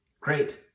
great